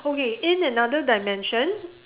okay in another dimension